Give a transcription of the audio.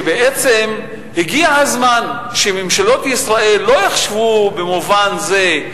שבעצם הגיע הזמן שממשלות ישראל לא יחשבו במובן זה,